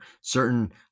certain